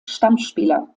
stammspieler